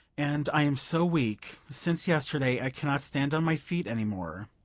and i am so weak since yesterday i cannot stand on my feet anymore.